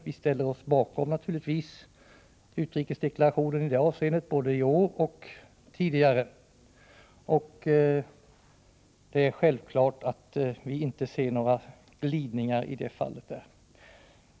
Vi ställer oss naturligtvis bakom regeringsdeklarationen i det avseendet, både i år och tidigare. Det är självklart att vi inte ser några glidningar i det fallet.